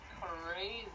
Crazy